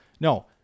no